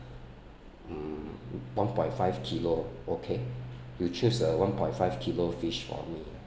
hmm one point five kilo okay you choose a one point five kilo fish for me